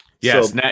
yes